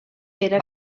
era